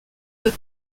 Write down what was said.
put